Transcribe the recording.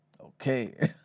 Okay